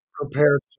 prepared